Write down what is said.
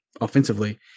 offensively